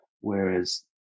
Whereas